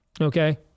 Okay